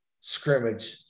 scrimmage